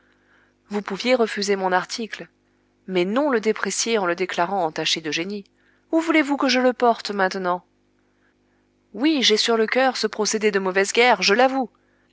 vous pouviez refuser mon article mais non le déprécier en le déclarant entaché de génie où voulez-vous que je le porte maintenant oui j'ai sur le cœur ce procédé de mauvaise guerre je l'avoue